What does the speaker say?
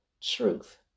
truth